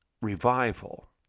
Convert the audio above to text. revival